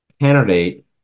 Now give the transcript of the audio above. candidate